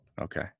Okay